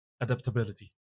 adaptability